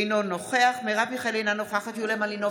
אינו נוכח מרב מיכאלי, אינה נוכחת